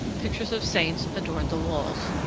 pictures of saints adorned the walls.